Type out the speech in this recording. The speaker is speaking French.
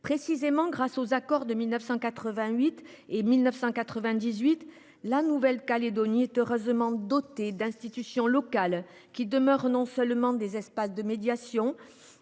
négociations. Grâce aux accords de 1988 et 1998, la Nouvelle Calédonie est heureusement dotée d’institutions locales, qui non seulement demeurent des espaces de médiation,